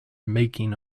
making